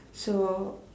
so